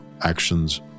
actions